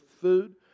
food